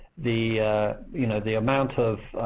the you know the amount of